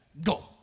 Go